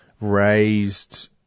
raised